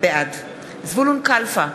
בעד זבולון קלפה,